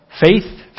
Faith